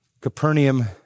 Capernaum